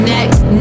Next